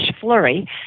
flurry